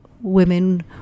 women